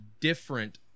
different